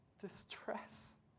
distress